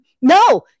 No